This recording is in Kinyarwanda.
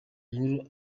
nkuru